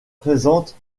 présente